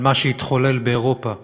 את מה שהתחולל באירופה,